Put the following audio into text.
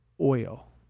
oil